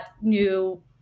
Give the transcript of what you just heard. new